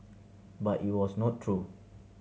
but it was not true